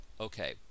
okay